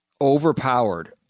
overpowered